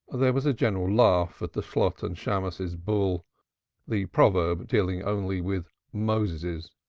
there was a general laugh at the shalotten shammos's bull the proverb dealing only with moseses.